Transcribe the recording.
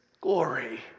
glory